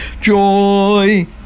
Joy